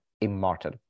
immortal